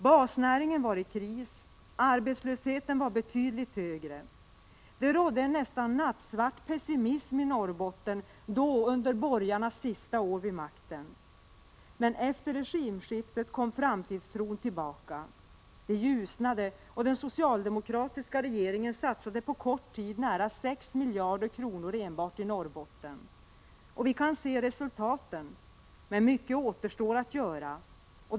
Basnäringen var i kris, arbetslösheten var betydligt högre. Det rådde en nästan nattsvart pessimism i Norrbotten under borgarnas sista år vid makten. Men efter regimskiftet kom framtidstron tillbaka. Det ljusnade. Den socialdemokratiska regeringen satsade på kort tid nära 6 miljarder kronor enbart i Norrbotten. Vi kan se resultaten. Men mycket återstår att göra.